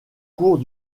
cours